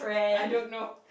I don't know